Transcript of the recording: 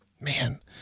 Man